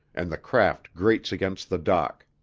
and the craft grates against the dock.